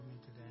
today